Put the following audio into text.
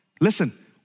listen